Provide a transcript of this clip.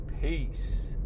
peace